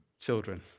children